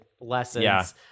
lessons